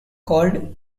called